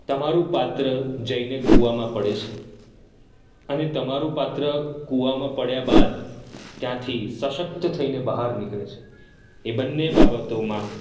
તમારું પાત્ર જઈને કૂવામાં પડે છે અને તમારું પાત્ર કૂવામાં પડ્યા બાદ ત્યાંથી સશક્ત થઈને બહાર નીકળે છે એ બંને બાબતોમાં